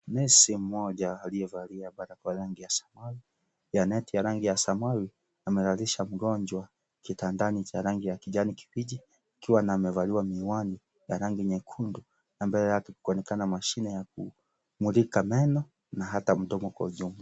Nesi mmoja aliyevalia barakoa ya rangi ya samawi na neti ya rangi ya samawi, amelalisha mgonjwa kitandani cha rangi ya kijani kibichi. Akiwa amevalia miwani ya rangi nyekundu ambaye kuonekana mashine ya kumulika meno na hata mdomo kwa ujumla.